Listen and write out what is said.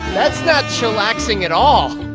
that's not chillaxing at all